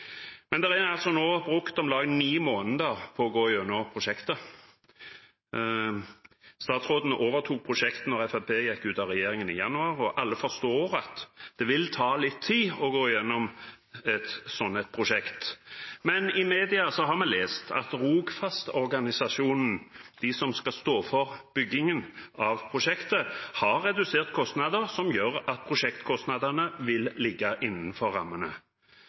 nå brukt om lag ni måneder på å gå gjennom prosjektet. Statsråden overtok prosjektet da Fremskrittspartiet gikk ut av regjeringen i januar. Alle forstår at det vil ta litt tid å gå gjennom et sånt prosjekt, men i media har vi lest at Rogfast-organisasjonen, de som skal stå for byggingen av prosjektet, har redusert kostnader, som gjør at prosjektkostnadene vil ligge innenfor rammene.